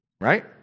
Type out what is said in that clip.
Right